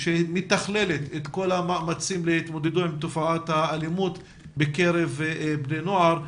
שמתכללת את כל המאמצים להתמודדות עם תופעת האלימות בקרב בני נוער,